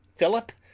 philip,